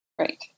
Right